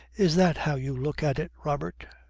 is that how you look at it, robert?